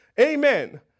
Amen